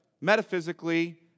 metaphysically